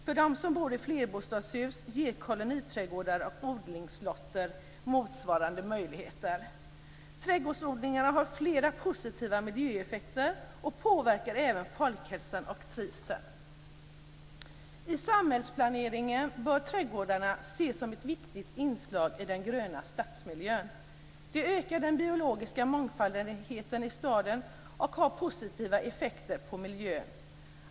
För dem som bor i flerbostadshus ger koloniträdgårdar och odlingslotter motsvarande möjligheter. Trädgårdsodlingen har flera positiva miljöeffekter och påverkar även folkhälsan och trivseln. I samhällsplaneringen bör trädgårdarna ses som ett viktigt inslag i den gröna stadsmiljön. De ökar den biologiska mångfalden i staden och har positiva effekter på miljön.